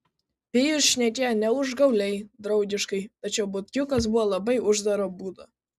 pijus šnekėjo ne užgauliai draugiškai tačiau butkiukas buvo labai uždaro būdo